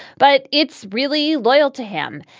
but it's really loyal to him.